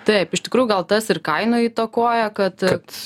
taip iš tikrųjų gal tas ir kaina įtakoja kad